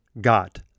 got